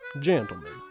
Gentlemen